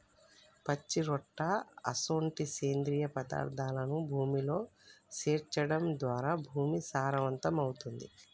పచ్చిరొట్ట అసొంటి సేంద్రియ పదార్థాలను భూమిలో సేర్చడం ద్వారా భూమి సారవంతమవుతుంది